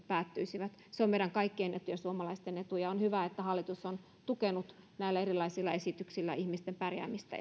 päättyisivät se on meidän kaikkien etu ja suomalaisten etu ja on hyvä että hallitus on tukenut näillä erilaisilla esityksillä ihmisten pärjäämistä